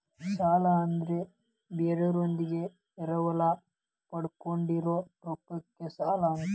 ಸಾಲ ಅಂದ್ರ ಬೇರೋರಿಂದ ಎರವಲ ಪಡ್ಕೊಂಡಿರೋ ರೊಕ್ಕಕ್ಕ ಸಾಲಾ ಅಂತಾರ